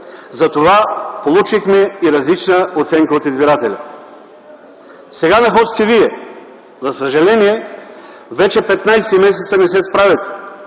затова получихме и различна оценка от избирателите. Сега на ход сте вие. За съжаление, вече 15 месеца не се справяте,